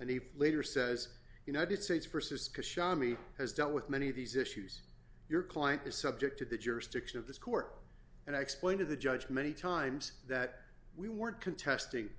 and he later says united states versus me has dealt with many of these issues your client is subject to the jurisdiction of this court and i explain to the judge many times that we weren't contesting the